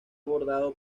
bordado